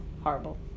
horrible